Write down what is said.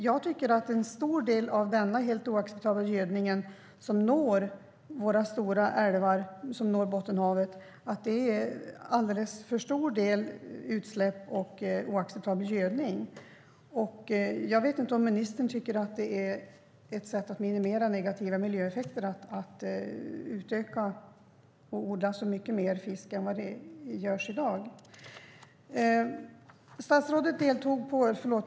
Jag tycker att en stor del av denna gödning som släpps ut i våra stora älvar är helt oacceptabel. Jag vet inte om ministern tycker att det är ett sätt att minimera negativa miljöeffekter att utöka verksamheten och odla mycket mer fisk än vad som görs i dag.